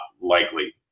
likely